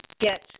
get